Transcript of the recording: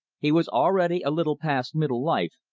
he was already a little past middle life,